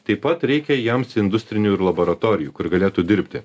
taip pat reikia jiems industrinių ir laboratorijų kur galėtų dirbti